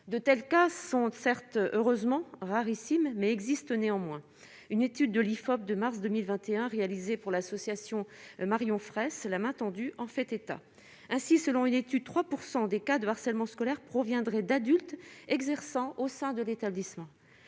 de tels cas sont certes heureusement rarissime, mais existe néanmoins une étude de l'IFOP de mars 2021 réalisé pour l'association Marion Fraisse, la main tendue en fait état, ainsi, selon une étude 3 % des cas de harcèlement scolaire proviendrait d'adultes exerçant au sein de l'établissement,